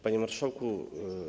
Panie Marszałku!